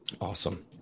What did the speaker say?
Awesome